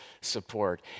support